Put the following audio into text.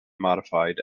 modified